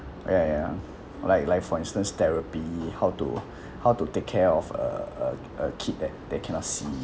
oh ya ya like like for instance therapy how to how to take care of uh uh a kid that that cannot see